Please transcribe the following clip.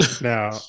Now